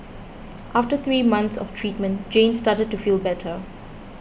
after three months of treatment Jane started to feel better